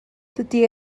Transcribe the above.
dydy